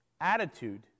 attitude